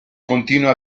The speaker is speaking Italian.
continua